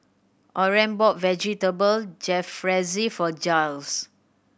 Orren bought Vegetable Jalfrezi for Jiles